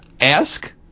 Ask